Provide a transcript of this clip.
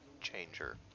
Changer